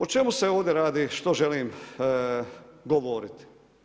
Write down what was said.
O čemu se ovdje radi, što želim govoriti?